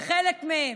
וחלק מהם,